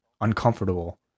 uncomfortable